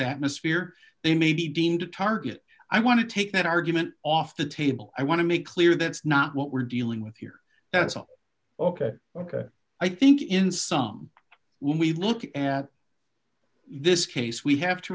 atmosphere they may be deemed a target i want to take that argument off the table i want to make clear that's not what we're dealing with here that's ok i think in some when we look at this case we have to